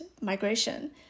migration